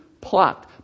plucked